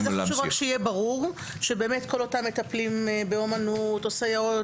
חשוב רק שיהיה ברור שכל אותם מטפלים באומנות או סייעות